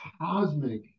cosmic